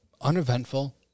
Uneventful